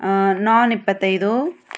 ನಾನ್ ಇಪ್ಪತ್ತೈದು